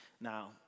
Now